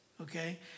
okay